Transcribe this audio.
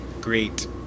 great